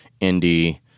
indie